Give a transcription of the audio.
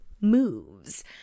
moves